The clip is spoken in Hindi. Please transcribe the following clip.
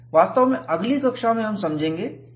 वास्तव में अगली कक्षा में हम समझेंगे कि J क्या है